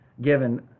given